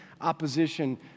opposition